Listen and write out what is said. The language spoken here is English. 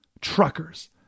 truckers